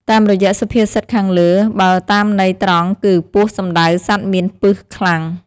តាមរយ:សុភាសិតខាងលើ បើតាមន័យត្រង់គឹ ពស់សំដៅសត្វមានពឹសខ្លាំង ។